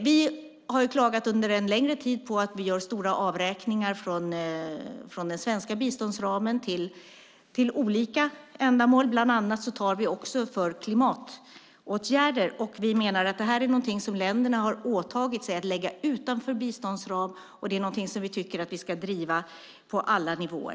Vi har under längre tid klagat på att vi gör stora avräkningar från den svenska biståndsramen till olika ändamål, bland annat för klimatåtgärder. Vi menar att det är något som länderna har åtagit sig att lägga utanför biståndsramen. Den frågan tycker vi att Sverige ska driva på alla nivåer.